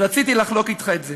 ורציתי לחלוק אתך את זה.